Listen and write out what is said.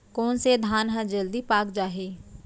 कोन से धान ह जलदी पाक जाही?